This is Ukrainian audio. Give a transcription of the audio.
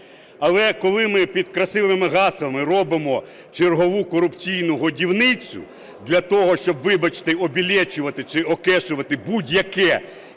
Але коли ми під красивими гаслами робимо чергову корупційну годівницю для того, щоб, вибачте, обілечувати чи окешувати будь-яке